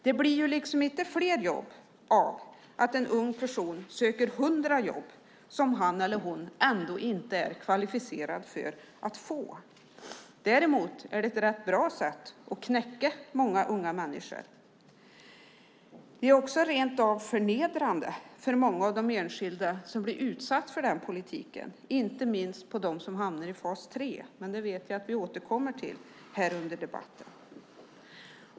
Det blir liksom inte fler jobb av att en ung person söker 100 jobb som han eller hon ändå inte är kvalificerad att få. Däremot är det ett rätt bra sätt att knäcka många unga människor. Det är också rent av förnedrande för många av de enskilda som blir utsatta för denna politik, inte minst för dem som hamnar i fas 3. Jag vet att vi återkommer till detta under debatten.